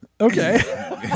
Okay